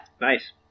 Nice